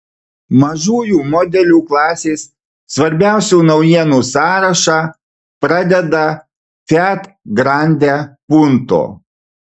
mažųjų modelių klasės svarbiausių naujienų sąrašą pradeda fiat grande punto